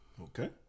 Okay